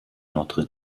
notre